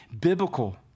biblical